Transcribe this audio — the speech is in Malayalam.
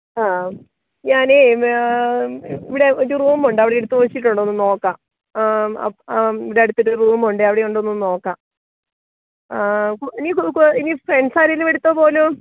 ആ ഉം ഞാനേ ഇവിടെ ഒരു റൂമുണ്ട് അവിടെ എടുത്തുവച്ചിട്ടുണ്ടോ എന്നു നോക്കാം അം ഇവിടെ അടുത്തൊരു റൂമുണ്ടേ അവിടെയുണ്ടോ എന്നൊന്നു നോക്കാം ഇനി ഇനി ഫ്രണ്ട്സാരേലും എടുത്തോപോലും